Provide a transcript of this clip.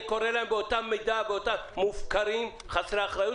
אני קורא להם מופקרים חסרי אחריות